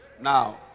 Now